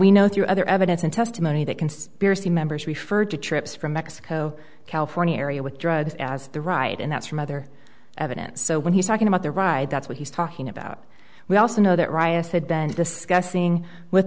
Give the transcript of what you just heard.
we know through other evidence in testimony that conspiracy members referred to trips from mexico california area with drugs as the ride and that's from other evidence so when he's talking about the ride that's what he's talking about we also know that riots had been discussing with